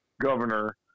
governor